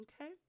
Okay